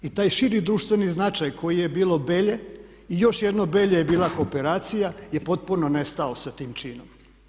I taj širi društveni značaj koji je bilo Belje i još jedno Belje je bila kooperacija je potpuno nestao sa tim činom.